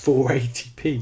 480p